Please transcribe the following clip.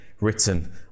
written